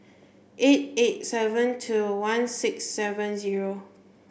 eight eight seven two one six seven zero